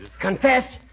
Confess